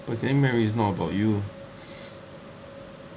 but getting married is not about you